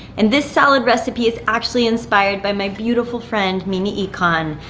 and this salad recipe is actually inspired by my beautiful friend, mimi ikonn.